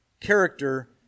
Character